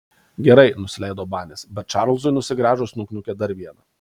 gerai nusileido banis bet čarlzui nusigręžus nukniaukė dar vieną